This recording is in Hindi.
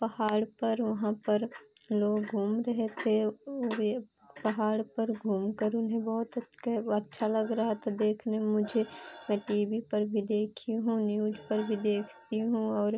पहाड़ पर वहाँ पर लोग घूम रहे थे ओर यह पहाड़ पर घूमकर उन्हें बहुत अच्छा लग रहा था देखने में मुझे मैं टी वी पर भी देखी हूँ न्यूज पर भी देखती हूँ और